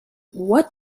what